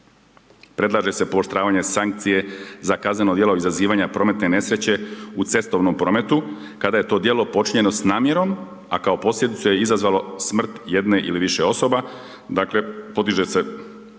Predlaže se pooštravanje sankcije za kazneno djelo izazivanja prometne nesreće u cestovnom prometu kada je to djelo počinjeno sa namjerom a kao posljedicu je izazvalo smrt jedne ili više osoba